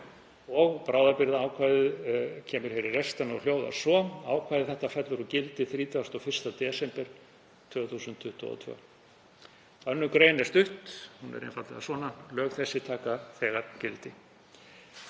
Bráðabirgðaákvæðið kemur hér í restina og hljóðar svo: „Ákvæði þetta fellur úr gildi 31. desember 2022.“ 2. gr. er stutt. Hún er einfaldlega svona: „Lög þessi taka þegar gildi.“